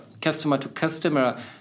customer-to-customer